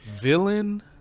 villain